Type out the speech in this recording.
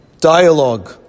dialogue